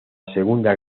segunda